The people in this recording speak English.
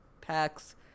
packs